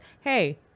hey